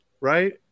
right